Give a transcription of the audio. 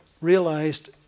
realized